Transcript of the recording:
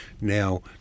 now